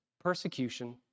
persecution